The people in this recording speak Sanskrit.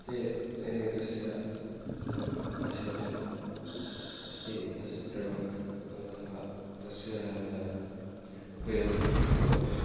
ते एतस्य वाशिङ्ग मशिन् अस्ति तस्य प्रयोगः अथवा तस्य उपयोगं कुर्वन्ति